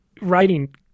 writing